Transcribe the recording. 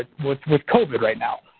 ah with with covid right now,